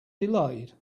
delayed